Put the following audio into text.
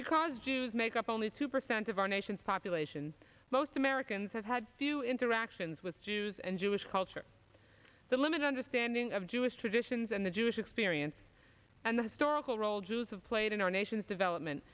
because jews make up only two percent of our nation's population most americans have had few interactions with jews and jewish culture the limited understanding of jewish traditions and the jewish experience and the historical role jews have played in our nations development